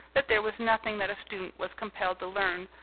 that there was nothing that a student was compelled to learn,